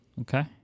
Okay